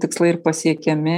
tikslai ir pasiekiami